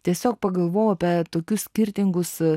tiesiog pagalvojau apie tokius skirtingus